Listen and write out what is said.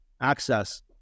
access